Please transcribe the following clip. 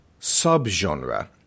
subgenre